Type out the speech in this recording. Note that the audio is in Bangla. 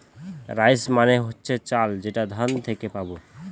রাইস মানে হচ্ছে চাল যেটা ধান থেকে পাবো